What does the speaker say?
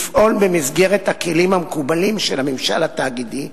לפעול במסגרת הכלים המקובלים של הממשל התאגידי,